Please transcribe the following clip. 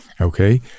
okay